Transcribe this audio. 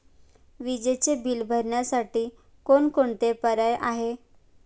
विजेचे बिल भरण्यासाठी कोणकोणते पर्याय आहेत?